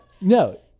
no